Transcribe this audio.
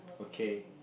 okay